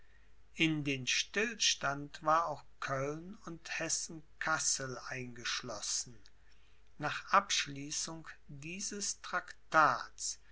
in den stillstand war auch köln und hessen kassel eingeschlossen nach abschließung dieses traktats